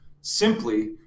simply